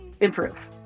improve